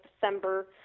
December